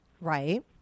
right